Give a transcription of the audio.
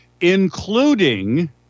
including